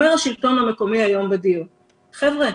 אומר השלטון המקומי היום בדיון: חבר'ה,